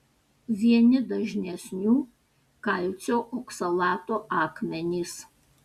vieni dažnesnių kalcio oksalato akmenys